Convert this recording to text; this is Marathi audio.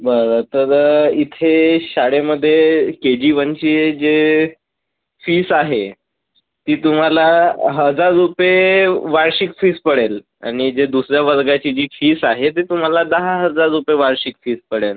बरं तर इथे शाळेमध्ये के जी वनचे जे फीज आहे ती तुम्हाला हजार रुपये वार्षिक फीज पडेल आणि जे दुसऱ्या वर्गाची जी फीज आहे ती तुम्हाला दहा हजार रुपये वार्षिक फीज पडेल